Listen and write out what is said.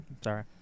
Sorry